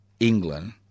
England